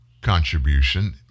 contribution